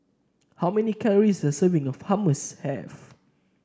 how many calories does a serving of Hummus have